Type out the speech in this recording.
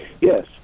Yes